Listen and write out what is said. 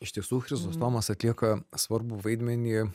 iš tiesų chrizostomas atlieka svarbų vaidmenį